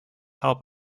help